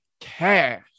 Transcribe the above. Cash